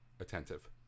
attentive